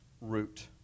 root